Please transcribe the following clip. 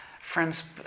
friends